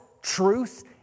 truth